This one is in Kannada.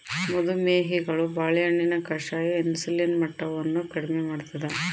ಮದು ಮೇಹಿಗಳು ಬಾಳೆಹಣ್ಣಿನ ಕಷಾಯ ಇನ್ಸುಲಿನ್ ಮಟ್ಟವನ್ನು ಕಡಿಮೆ ಮಾಡ್ತಾದ